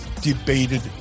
debated